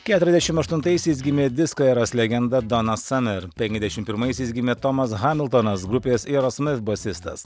keturiasdešimt aštuntaisiais gimė disko eros legenda dona samer penkiasdešim primaisiais gimė tomas hamiltonas grupės irosmif bosistas